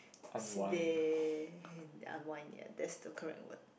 sit there and unwind that's the correct one